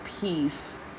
peace